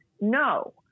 No